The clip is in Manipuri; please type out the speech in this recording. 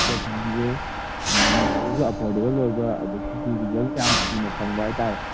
ꯀꯣꯠ ꯐꯥꯔꯝꯁꯦ ꯃꯃꯜꯁꯤꯁꯨ ꯑꯐꯣꯔꯗꯦꯕꯜ ꯑꯣꯏꯕ ꯑꯗꯒꯤꯗꯤ ꯔꯤꯖꯜ ꯌꯥꯝ ꯊꯨꯅ ꯐꯪꯕ ꯍꯥꯏ ꯇꯥꯔꯦ